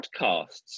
podcasts